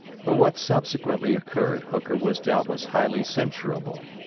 for what subsequently occurred hooker was doubtless highly censurable,